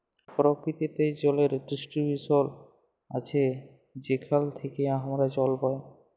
পরকিতিতে জলের ডিস্টিরিবশল আছে যেখাল থ্যাইকে আমরা জল পাই